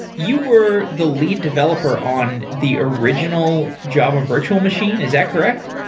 you were the lead developer on the original java virtual machine. is that correct?